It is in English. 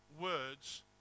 words